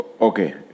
Okay